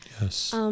Yes